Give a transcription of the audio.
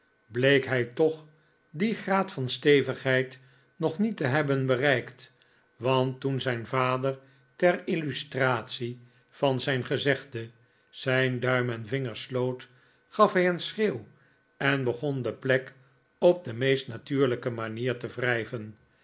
bleek hij toch dien graad van stevigheid nog niet te hebben bereikt want toen zijn vader ter illustratie van zijn gezegde zijn duim en vinger sloot gaf hij een schreeuw en be'gon de plek op de meest natuurlijke manier te wrijven